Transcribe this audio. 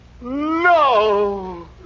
No